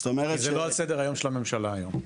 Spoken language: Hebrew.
זאת אומרת --- זה לא על סדר היום של הממשלה היום.